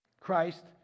Christ